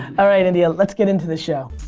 alright, india, let's get into the show.